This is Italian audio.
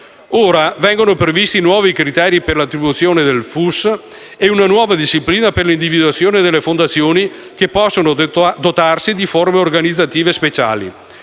Ora vengono previsti nuovi criteri per l'attribuzione del FUS e una nuova disciplina per l'individuazione delle fondazioni che possono dotarsi di forme organizzative speciali.